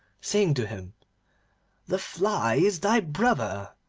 saying to him the fly is thy brother.